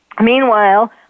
Meanwhile